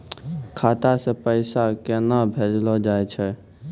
खाता से पैसा केना भेजलो जाय छै?